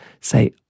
say